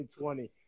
2020